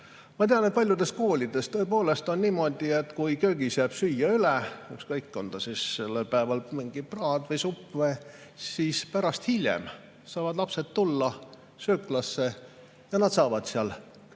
Ma tean, et paljudes koolides tõepoolest on niimoodi, et kui köögis jääb süüa üle – ükskõik, on sellel päeval mingi praad või supp –, siis hiljem saavad lapsed tulla sööklasse ja nad saavad seal